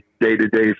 day-to-day